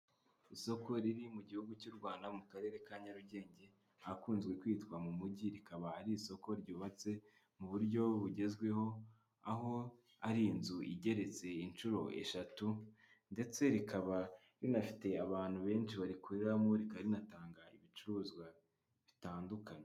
Isoko riri mu gihugu cy'u Rwanda, mu karere ka Nyarugenge, ahantu hitwa mu mujyi. Rikaba ari isoko ryubatse mu buryo bugezweho, aho ari inzu igeretse inshuro eshatu. Ndetse rikaba rinafite abantu benshi barikoreramo rikaba rikanatanga ibicuruzwa bitandukanye.